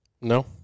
No